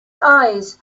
eyes